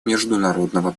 международного